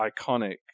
iconic